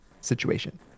situation